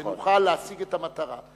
שנוכל להשיג את המטרה.